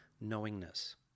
knowingness